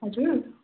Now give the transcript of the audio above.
हजुर